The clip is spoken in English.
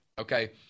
Okay